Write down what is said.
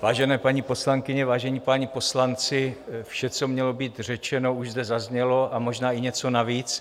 Vážené paní poslankyně, vážení páni poslanci, vše, co mělo být řečeno, už zde zaznělo, a možná i něco navíc.